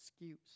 excuse